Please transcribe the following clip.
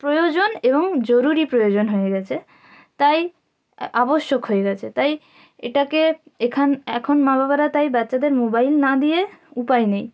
প্রয়োজন এবং জরুরি প্রয়োজন হয়ে গেছে তাই আবশ্যক হয়ে গেছে তাই এটাকে এখান এখন মা বাবারা তাই বাচ্চাদের মোবাইল না দিয়ে উপায় নেই